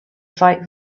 fight